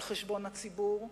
על חשבון הציבור,